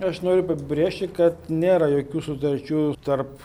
aš noriu pabrėžti kad nėra jokių sutarčių tarp